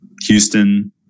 Houston